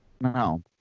No